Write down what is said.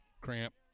Cramp